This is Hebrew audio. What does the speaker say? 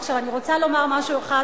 עכשיו, אני רוצה לומר דבר אחד